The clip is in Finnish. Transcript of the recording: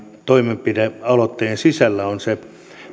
toimenpidealoitteen sisällä on se